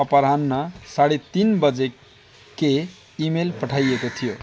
अपराह्न साढे तिन बजी के इमेल पठाइएको थियो